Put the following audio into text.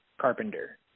Carpenter